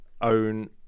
own